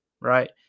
Right